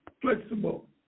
flexible